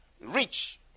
rich